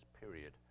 period